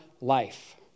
life